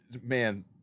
Man